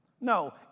no